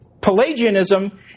Pelagianism